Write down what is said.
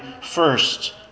first